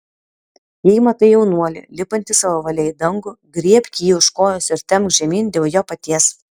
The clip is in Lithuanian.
jei matai jaunuolį lipantį savo valia į dangų griebk jį už kojos ir temk žemyn dėl jo paties